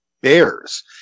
bears